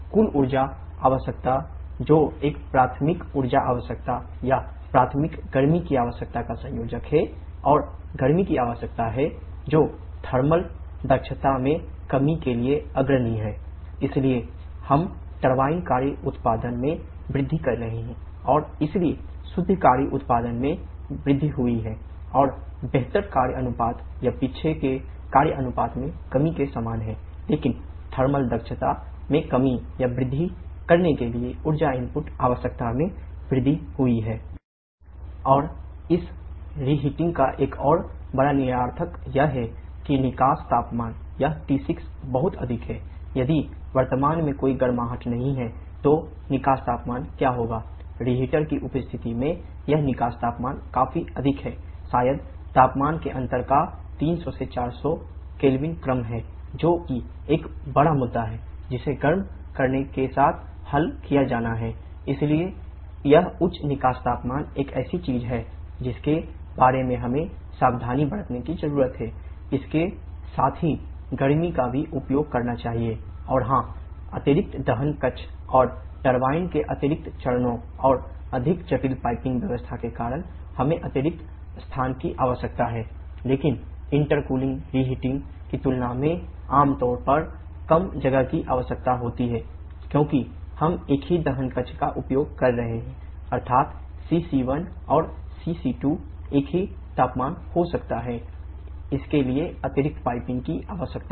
तो कुल ऊर्जा आवश्यकता जो इस प्राथमिक ऊर्जा आवश्यकता या प्राथमिक गर्मी की आवश्यकता का संयोजन है और गर्मी की आवश्यकता है जो थर्मल आवश्यकता में वृद्धि हुई है